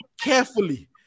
carefully